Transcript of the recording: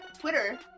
Twitter